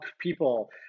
people